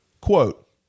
Quote